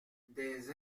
des